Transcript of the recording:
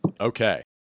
Okay